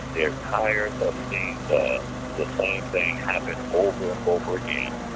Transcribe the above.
they're tired of seeing the same thing happen over and over again.